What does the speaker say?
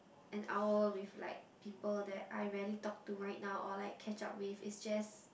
an hour with like people that I really talk to right now or like catch up with is just